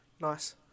Nice